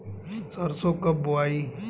सरसो कब बोआई?